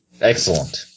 Excellent